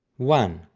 one.